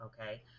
okay